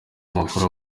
makuru